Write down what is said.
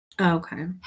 okay